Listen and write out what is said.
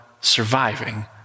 surviving